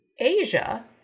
Asia